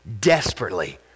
desperately